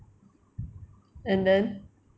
and then